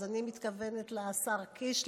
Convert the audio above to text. אני מתכוון לשר קיש,